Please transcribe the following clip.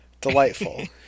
Delightful